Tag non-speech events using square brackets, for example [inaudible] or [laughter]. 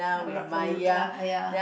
[noise] !aiya!